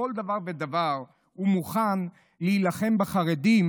בכל דבר ודבר הוא מוכן להילחם בחרדים,